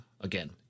again